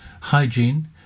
hygiene